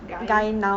guy